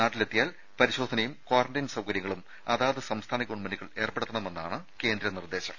നാട്ടിലെത്തിയാൽ പരിശോധനയും ക്വാറന്റൈൻ സൌകര്യങ്ങളും അതാത് സംസ്ഥാന ഗവൺമെന്റുകൾ ഏർപ്പെടുത്തണമെന്നാണ് കേന്ദ്രത്തിന്റെ നിർദേശം